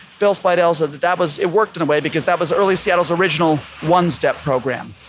bill spiedel said that that was, it worked in a way because that was early seattle's original one-step program.